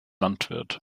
landwirt